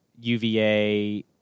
UVA